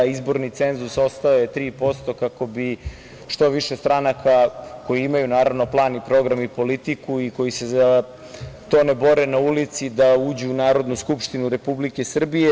Izborni cenzus ostao je 3% kako bi što više stranka, koji imaju, naravno, plan i program i politiku i koji se za to ne bore na ulici da uđu u Narodnu skupštinu Republike Srbije.